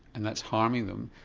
and that's harming them,